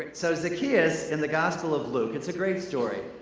so zacchaeus in the gospel of luke, it's a great story.